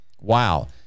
Wow